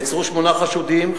נעצרו שמונה חשודים,